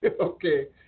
okay